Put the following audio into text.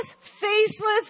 faceless